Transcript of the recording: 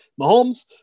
Mahomes